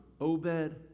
Obed